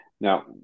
Now